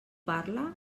parla